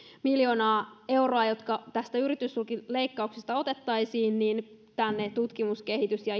miljoonaa euroa jotka tästä yritystukileikkauksista otettaisiin tänne tutkimus kehitys ja